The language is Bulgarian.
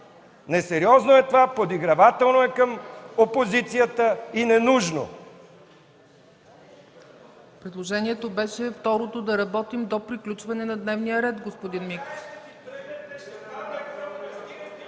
несериозно, подигравателно към опозицията и ненужно!